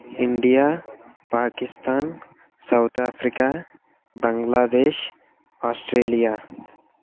India Pakistan South Africa Bangladesh Australia